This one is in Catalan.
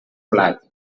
blat